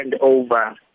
over